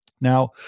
Now